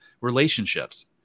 Relationships